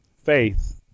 faith